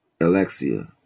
Alexia